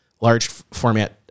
large-format